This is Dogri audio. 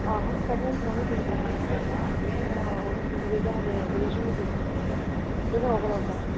आहो सैकन हैंड फोन बी बिकदे इद्धर इ'यां ओह् बी बिकदे केह् आखदे ओरिजिनल बी बिकदे तुसें कोह्का लोड़दा